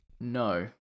No